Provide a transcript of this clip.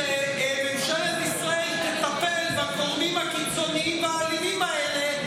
שממשלת ישראל תטפל בגורמים הקיצוניים והאלימים האלה,